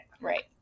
Right